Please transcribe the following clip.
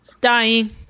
Dying